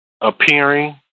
appearing